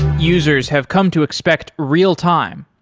users have come to expect real-time.